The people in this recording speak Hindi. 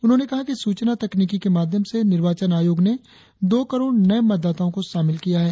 उन्होंने कहा कि सूचना तकनिकी के माध्यम से निर्वाचन आयोग ने दो करोड़ नये मतदाताओं को शामिल किया है